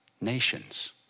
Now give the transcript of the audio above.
Nations